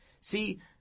See